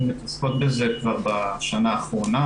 אנחנו מתעסקות בזה כבר בשנה האחרונה